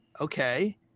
okay